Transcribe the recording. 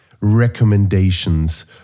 recommendations